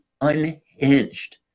unhinged